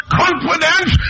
confidence